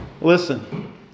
Listen